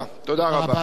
תודה רבה.